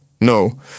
No